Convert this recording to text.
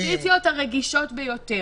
בפוזיציות הרגישות ביותר.